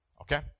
Okay